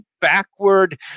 backward